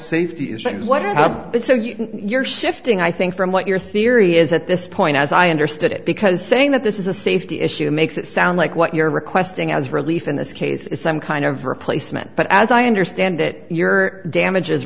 safety issues what or how you're shifting i think from what your theory is at this point as i understood it because saying that this is a safety issue makes it sound like what you're requesting as relief in this case is some kind of replacement but as i understand it your damages